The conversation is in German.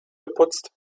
geputzt